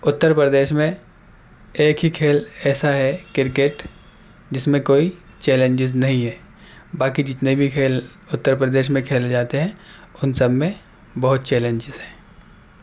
اتر پردیش میں ایک ہی کھیل ایسا ہے کرکٹ جس میں کوئی چینلجیز نہیں ہیں باقی جتنے بھی کھیل اتر پردیش میں کھیلے جاتے ہیں ان سب میں بہت چیلنجیز ہیں